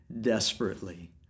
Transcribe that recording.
desperately